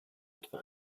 etwa